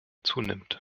zunimmt